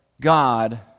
God